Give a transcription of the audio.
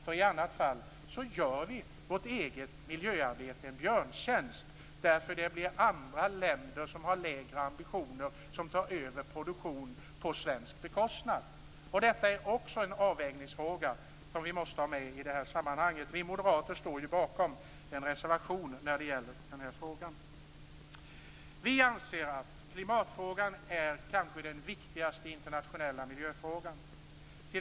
I annat fall gör vi vårt eget miljöarbete en björntjänst. Andra länder med lägre ambitioner tar då över produktion på svensk bekostnad. Det är en avvägningsfråga, som vi måste ha med i sammanhanget. Vi moderater står bakom en reservation i frågan. Vi anser att klimatfrågan är den kanske viktigaste internationella miljöfrågan.